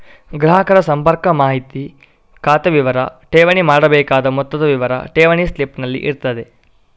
ಗ್ರಾಹಕರ ಸಂಪರ್ಕ ಮಾಹಿತಿ, ಖಾತೆ ವಿವರ, ಠೇವಣಿ ಮಾಡಬೇಕಾದ ಮೊತ್ತದ ವಿವರ ಠೇವಣಿ ಸ್ಲಿಪ್ ನಲ್ಲಿ ಇರ್ತದೆ